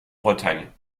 bretagne